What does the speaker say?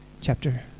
chapter